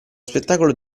spettacolo